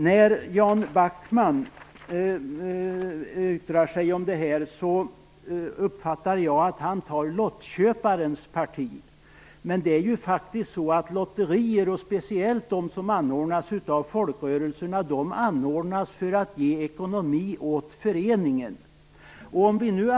När Jan Backman yttrar sig om detta uppfattar jag det som att han tar lottköparens parti. Men lotterier, speciellt de som anordnas av folkrörelserna, anordnas för att ge föreningen ett ekonomiskt tillskott.